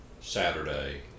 Saturday